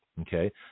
okay